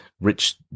rich